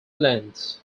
length